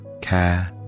care